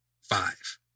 Five